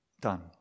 done